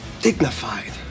dignified